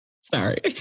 Sorry